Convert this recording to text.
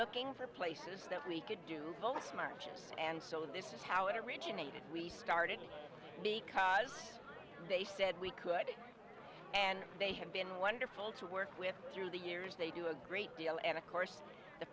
looking for places that we could do all the smart ships and so this is how it originated we started because they said we could and they had been wonderful to work with through the years they do a great deal and of course the